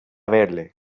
verle